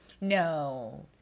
No